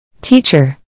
Teacher